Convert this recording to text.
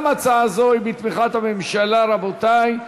גם הצעה זו היא בתמיכת הממשלה, רבותי.